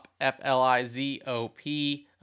f-l-i-z-o-p